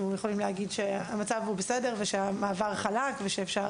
יכולים להגיד שהמצב בסדר ושהמעבר חלק ושאפשר